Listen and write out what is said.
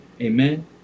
Amen